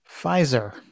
Pfizer